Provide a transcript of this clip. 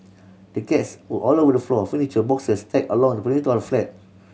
the cats were all over the floor furniture and boxes stacked along the perimeter of the flat